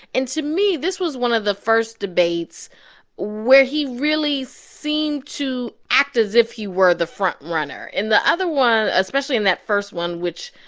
and to me, this was one of the first debates where he really seemed to act as if he were the front-runner. in the other ones, especially in that first one, which,